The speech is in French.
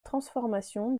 transformation